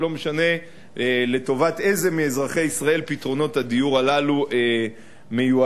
ולא משנה לטובת איזה מאזרחי ישראל פתרונות הדיור הללו מיועדים?